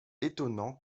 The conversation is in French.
étonnant